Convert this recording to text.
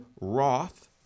Roth